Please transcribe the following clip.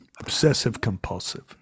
Obsessive-compulsive